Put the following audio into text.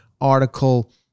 article